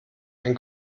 ein